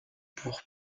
pour